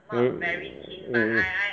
mm